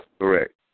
Correct